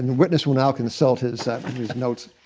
and witness will now consult his notes